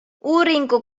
uuringu